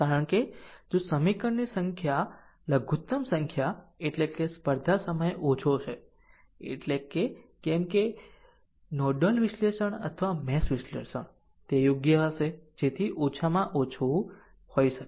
કારણ કે જો સમીકરણની લઘુત્તમ સંખ્યા એટલે કે સ્પર્ધા સમય ઓછો છે કેમ કે નોડલ વિશ્લેષણ અથવા મેશ વિશ્લેષણ તે યોગ્ય હશે જેથી ઓછામાં ઓછું હોઈ શકે